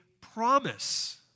promise